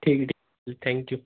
ठीक आहे ठी लेल थँक् यू